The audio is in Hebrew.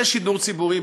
יהיה שידור ציבורי,